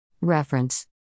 Reference